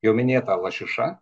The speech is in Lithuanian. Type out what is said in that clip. jau minėta lašiša